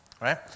right